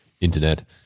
internet